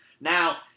now